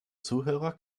zuhörer